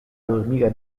dormire